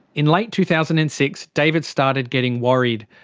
in late two thousand and six david started getting worried.